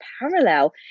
parallel